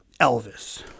elvis